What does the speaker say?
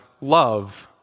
love